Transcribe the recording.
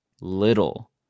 little